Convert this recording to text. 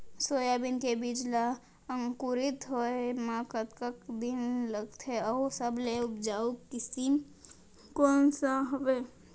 Soybean के बीज ला अंकुरित होय म कतका दिन लगथे, अऊ सबले उपजाऊ किसम कोन सा हवये?